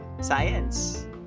Science